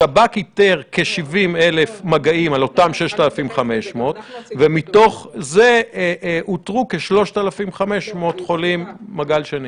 השב"כ איתר כ-70,000 מגעים על אותם 6,500. ומתוך זה אותרו כ-3,500 חולים במעגל שני.